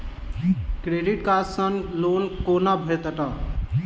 Credit card सँ loan कोना भेटत?